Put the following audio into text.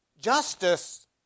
Justice